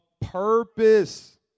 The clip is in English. purpose